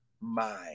mind